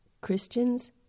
Christians